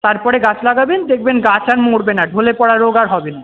তারপরে গাছ লাগাবেন দেখবেন গাছ আর মরবে না ঢোলে পরা রোগ আর হবে না